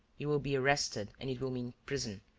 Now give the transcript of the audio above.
you will be arrested and it will mean prison.